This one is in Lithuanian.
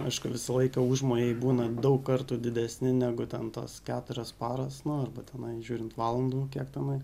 aišku visą laiką užmojai būna daug kartų didesni negu ten tos keturios paros nu arba tenai žiūrint valandų kiek tenai